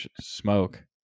smoke